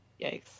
Yikes